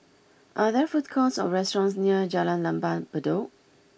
are there food courts or restaurants near Jalan Lembah Bedok